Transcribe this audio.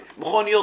מכוניות.